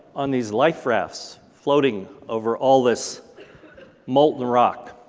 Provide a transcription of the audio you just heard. on these life rafts floating over all this molten rock.